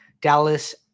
Dallas